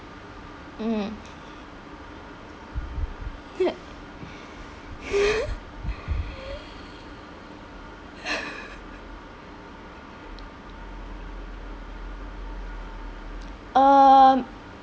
mm um